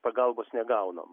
pagalbos negaunam